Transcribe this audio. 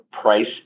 Price